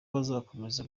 bazakomeza